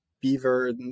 beaver